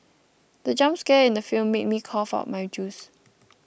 the jump scare in the film made me cough out my juice